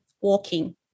walking